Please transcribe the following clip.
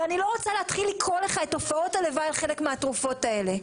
ואני לא רוצה להתחיל לקרוא לך את תופעות הלוואי חלק מהתרופות האלה,